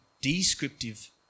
descriptive